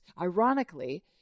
ironically